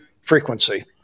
frequency